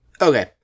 Okay